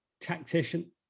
tactician